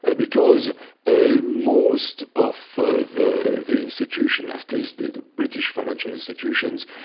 ah because ah most of the the institutions, at least the the british financial institutions,